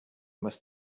must